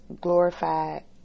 glorified